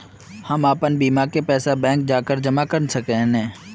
हम अपन बीमा के पैसा बैंक जाके जमा कर सके है नय?